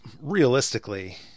realistically